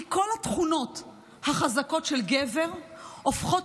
כי כל התכונות החזקות של גבר הופכות